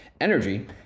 Energy